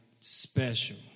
special